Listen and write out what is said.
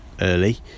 early